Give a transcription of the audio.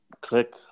click